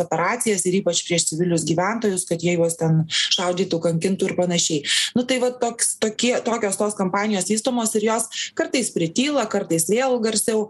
operacijas ir ypač prieš civilius gyventojus kad jie juos ten šaudytų kankintų ir panašiai nu tai va toks tokie tokios tos kompanijos vystomos ir jos kartais prityla kartais vėl garsiau